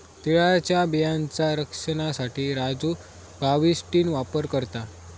तिळाच्या बियांचा रक्षनासाठी राजू बाविस्टीन वापर करता